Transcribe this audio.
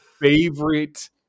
Favorite